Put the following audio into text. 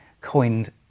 coined